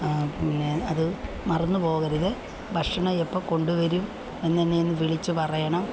പിന്നെ അത് മറന്ന് പോകരുത് ഭക്ഷണം എപ്പോൾ കൊണ്ടുവരും എന്ന് എന്നെ ഒന്ന് വിളിച്ച് പറയണം